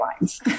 lines